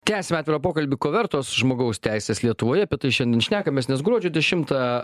tęsiam atvirą pokalbį ko vertos žmogaus teisės lietuvoje apie tai šiandien šnekamės nes gruodžio dešimtą